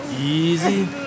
Easy